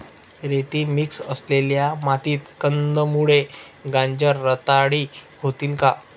रेती मिक्स असलेल्या मातीत कंदमुळे, गाजर रताळी होतील का?